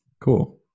Cool